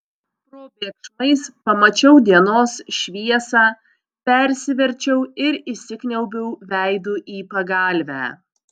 probėgšmais pamačiau dienos šviesą persiverčiau ir įsikniaubiau veidu į pagalvę